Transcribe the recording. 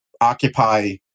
occupy